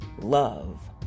love